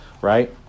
right